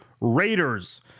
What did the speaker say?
Raiders